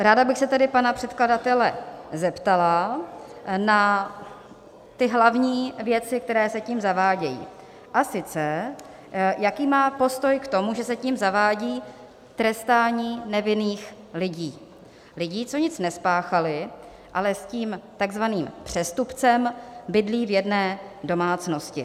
Ráda bych se tedy pana předkladatele zeptala na hlavní věci, které se tím zavádějí, a sice jaký má postoj k tomu, že se tím zavádí trestání nevinných lidí, lidí, co nic nespáchali, ale s tím takzvaným přestupcem bydlí v jedné domácnosti.